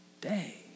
day